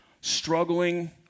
struggling